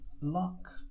Luck